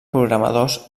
programadors